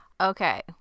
Okay